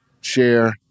share